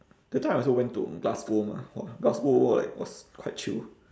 that time I also went to glasgow mah !wah! glasgow like was quite chill